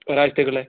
ഒരാഴ്ചത്തേക്കുള്ളത്